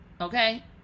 Okay